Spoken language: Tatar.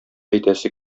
әйтәсе